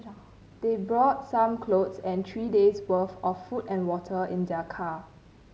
they brought some clothes and three days' worth of food and water in their car